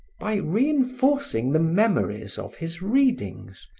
by reinforcing the memories of his readings,